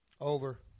Over